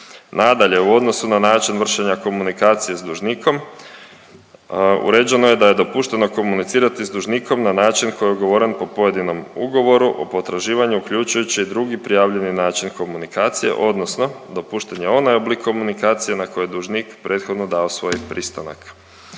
Nadalje, u odnosu na način vršenja komunikacije s dužnikom, uređeno je da je dopušteno komunicirati s dužnikom na način koji je ugovoren po pojedinom ugovoru o potraživanju, uključujući i drugi prijavljeni način komunikacije, odnosno dopušten je onaj oblik komunikacije na koji je dužnik prethodno dao svoj pristanak.